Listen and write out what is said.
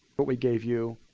what we gave you,